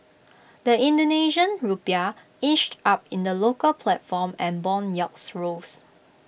the Indonesian Rupiah inched up in the local platform and Bond yields rose